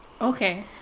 Okay